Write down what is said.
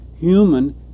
human